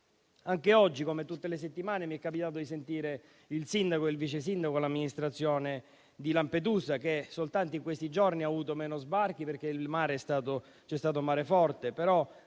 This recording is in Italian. Anche oggi, come tutte le settimane, mi è capitato di sentire il sindaco, il vice sindaco e l'amministrazione di Lampedusa, dove soltanto in questi giorni ci sono stati meno sbarchi, perché c'è stato mare forte, però